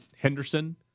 Henderson